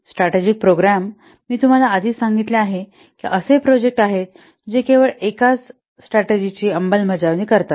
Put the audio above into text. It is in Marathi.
स्ट्रॅटेजिक प्रोग्राम मी तुम्हाला आधीच सांगितले आहे की हे असे प्रोजेक्ट आहेत जे केवळ एकाच स्ट्रॅटेजि ची अंमलबजावणी करतात